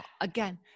again